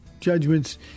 judgments